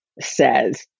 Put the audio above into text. says